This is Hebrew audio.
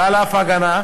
ועל אף ההגנה,